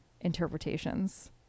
interpretations